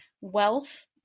Wealth